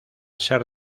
ser